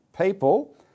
people